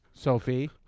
Sophie